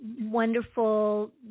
wonderful